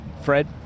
Fred